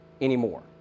anymore